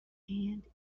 and